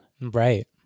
Right